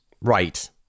Right